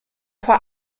vor